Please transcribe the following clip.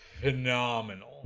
phenomenal